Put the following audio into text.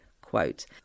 quote